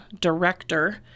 director